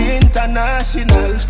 international